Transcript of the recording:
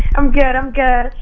i'm good, i'm good.